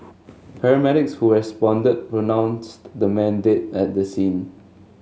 paramedics who responded pronounced the man dead at the scene